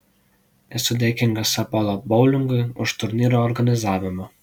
esu dėkingas apollo boulingui už turnyro organizavimą